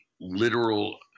literal